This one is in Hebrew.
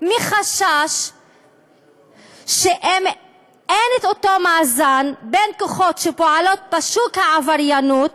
מחשש שאין אותו מאזן בין כוחות שפועלים בשוק העבריינות,